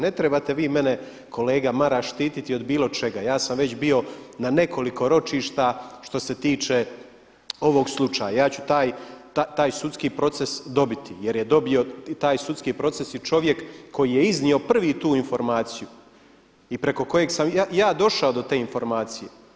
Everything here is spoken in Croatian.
Ne trebate vi mene kolega Maras štititi od bilo čega, ja sam već bio na nekoliko ročišta što se tiče ovog slučaja, ja ću taj sudski proces dobiti jer je dobio taj sudski proces čovjek koji je iznio prvi tu informaciju i preko kojeg sam ja došao do te informacije.